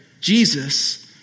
Jesus